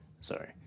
sorry